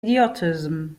idiotyzm